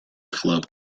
club